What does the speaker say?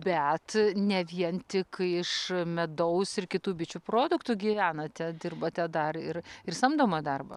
bet ne vien tik iš medaus ir kitų bičių produktų gyvenate dirbate dar ir ir samdomą darbą